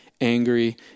angry